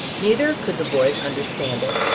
neither could the boys understand it,